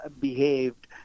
behaved